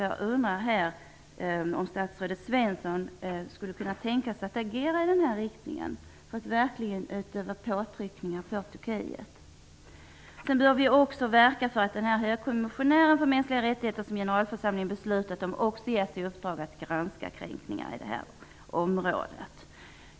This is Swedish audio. Jag undrar om statsrådet Svensson skulle kunna tänka sig att agera i denna riktning för att utöva påtryckningar på Turkiet. Sverige bör också verka för att den högkommissionär för mänskliga rättigheter som generalförsamlingen har beslutat om också ges i uppdrag att granska kränkningarna i detta område.